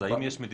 האם יש מדיניות?